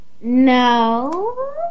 No